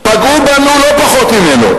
פגעו בנו לא פחות ממנו.